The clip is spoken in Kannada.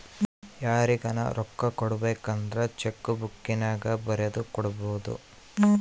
ಯಾರಿಗನ ರೊಕ್ಕ ಕೊಡಬೇಕಂದ್ರ ಚೆಕ್ಕು ಬುಕ್ಕಿನ್ಯಾಗ ಬರೆದು ಕೊಡಬೊದು